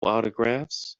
autographs